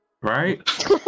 right